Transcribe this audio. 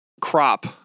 crop